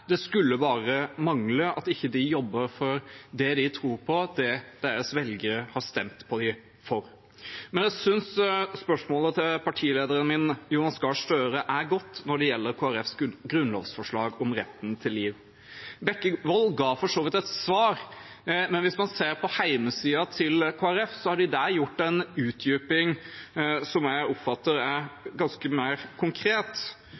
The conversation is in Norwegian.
det skulle bare mangle om de ikke jobber for det de tror på, og det deres velgere har stemt på dem for. Jeg synes spørsmålet til partilederen min, Jonas Gahr Støre, er godt når det gjelder Kristelig Folkepartis grunnlovsforslag om retten til liv. Representanten Bekkevold ga for så vidt et svar, men hvis man ser på hjemmesiden til Kristelig Folkeparti, har de der gjort en utdyping som jeg oppfatter er mer konkret,